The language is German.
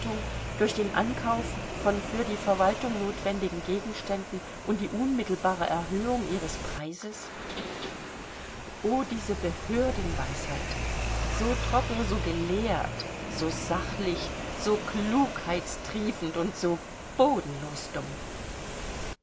durch den ankauf von für die verwaltung notwendigen gegenständen und die unmittelbare erhöhung ihres preises o diese behördenweisheit so trocken so gelehrt so sachlich so klugheitstriefend und so bodenlos dumm